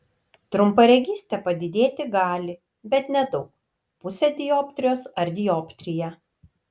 trumparegystė padidėti gali bet nedaug pusę dioptrijos ar dioptriją